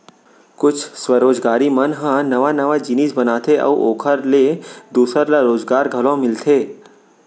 कुछ स्वरोजगारी मन ह नवा नवा जिनिस बनाथे अउ ओखर ले दूसर ल रोजगार घलो मिलथे